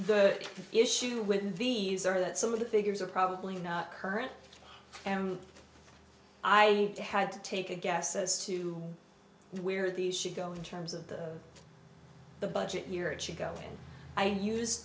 the issue with these are that some of the figures are probably not current and i had to take a guess as to where these should go in terms of the budget year and she go and i use